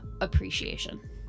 appreciation